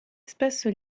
spesso